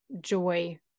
joy